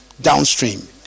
downstream